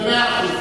במאה אחוז.